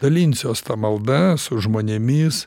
dalinsiuos ta malda su žmonėmis